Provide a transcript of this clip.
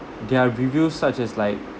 there are reviews such as like